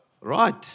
Right